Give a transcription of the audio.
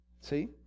See